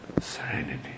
serenity